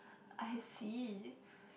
i see